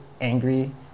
angry